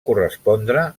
correspondre